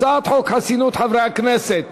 הצעת חוק חסינות חברי הכנסת,